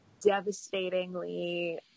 devastatingly